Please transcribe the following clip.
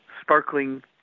sparkling